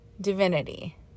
divinity